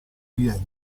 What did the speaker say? oriente